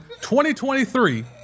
2023